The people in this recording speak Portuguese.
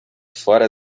fora